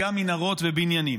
גם מנהרות ובניינים.